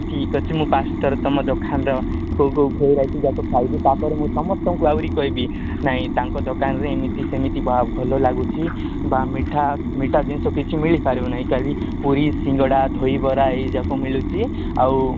ଠିକ୍ ଅଛି ମୁଁ ଫାଷ୍ଟ୍ ଥର ତୁମ ଦୋକାନର କୋଉ କୋଉ ଭେରାଇଟ୍ ଯାକ ଖାଇବି ତାପରେ ମୁଁ ସମସ୍ତଙ୍କୁ ଆହୁରି କହିବି ନାଇଁ ତାଙ୍କ ଦୋକାନରେ ଏମିତି ସେମିତି ବା ଭଲ ଲାଗୁଛି ବା ମିଠା ମିଠା ଜିନିଷ କିଛି ମିଳିପାରୁ ନାହିଁ ଖାଲି ପୁରି ସିଙ୍ଗଡ଼ା ଦହିବରା ଏଇଯାକ ମିଳୁଛି ଆଉ